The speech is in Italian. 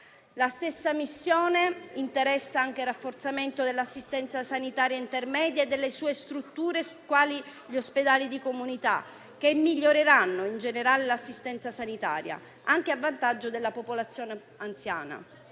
La stessa missione interessa anche il rafforzamento dell'assistenza sanitaria intermedia e delle sue strutture, quali gli ospedali di comunità, che miglioreranno in generale l'assistenza sanitaria, anche a vantaggio della popolazione anziana.